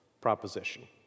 proposition